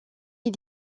est